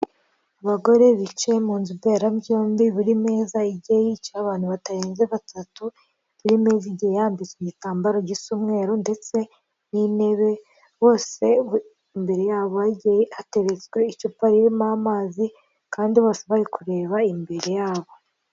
Abagore bicaye mu nzu mbera byombi buri meza igiye yicayeho abantu batarenze batatu, buri meza igiye yambitswe igitambaro gisa umweru ndetse n'intebe, bose imbere yabo hagiye hateretswe icupa ririmo amazi kandi bose bari kureba imbere yabo.